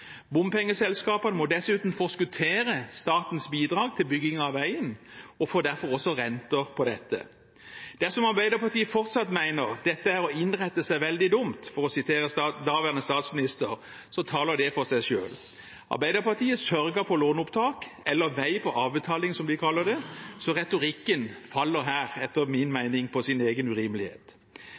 Bompengeselskapene må dessuten forskuttere statens bidrag til bygging av veien og får derfor også renter på dette. Dersom Arbeiderpartiet fortsatt mener at dette er å innrette seg «veldig dumt» – for å sitere daværende statsminister – taler det for seg selv. Arbeiderpartiet sørget for låneopptak, eller vei på avbetaling, som de kaller det, så retorikken faller her etter min mening på sin egen urimelighet.